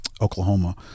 Oklahoma